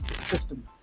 system